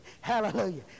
hallelujah